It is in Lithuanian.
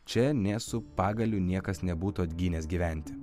čia nė su pagaliu niekas nebūtų atgynęs gyventi